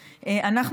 שלנו.